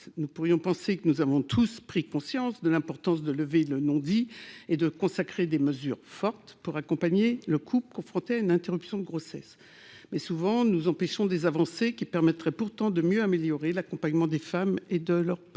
Nous pourrions penser que nous avons tous pris conscience de l'importance de lever le non-dit et de consacrer des mesures fortes pour accompagner les couples confrontés à une interruption de grossesse. Pourtant, nous empêchons souvent des avancées qui amélioreraient l'accompagnement des femmes et de leur partenaire.